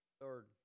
Third